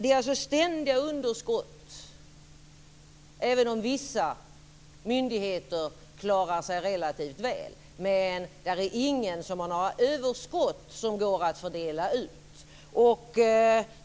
Det är alltså ständiga underskott, även om vissa myndigheter klarar sig relativt väl. Men ingen har några överskott som går att fördela.